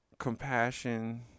compassion